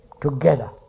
together